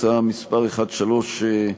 הצעה מס' 1371,